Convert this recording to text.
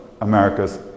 America's